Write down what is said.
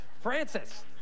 Francis